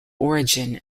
origin